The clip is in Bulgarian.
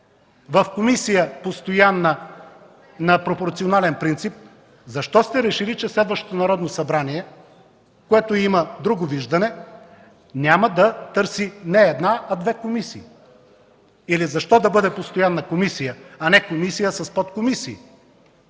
комисия на пропорционален принцип – защо сте решили, че следващото Народно събрание, което има друго виждане, няма да търси не една, а две комисии? Или защо да бъде постоянна комисия, а не комисия с подкомисии?!